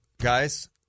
guys